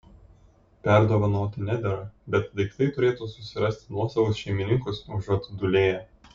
perdovanoti nedera bet daiktai turėtų susirasti nuosavus šeimininkus užuot dūlėję